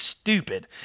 stupid